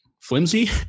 flimsy